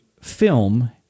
film